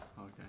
Okay